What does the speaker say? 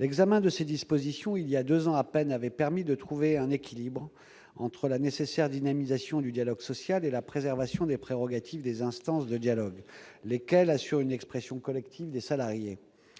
L'examen de ces dispositions, il y a deux ans à peine, avait permis de trouver un équilibre entre la nécessaire dynamisation du dialogue social et la préservation des prérogatives des instances de dialogue, lesquelles assurent une expression collective des salariés.